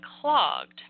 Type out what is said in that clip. clogged